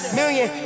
million